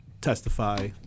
Testify